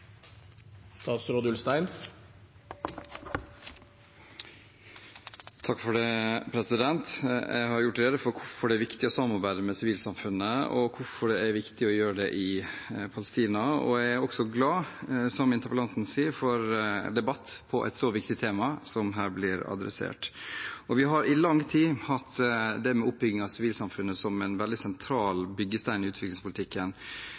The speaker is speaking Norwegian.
viktig å samarbeide med sivilsamfunnet, og hvorfor det er viktig å gjøre det i Palestina. Jeg er også glad for – som interpellanten sier – debatt om et så viktig tema som det som her blir adressert. Vi har i lang tid hatt det med oppbygging av sivilsamfunnet som en veldig sentral byggestein i utviklingspolitikken,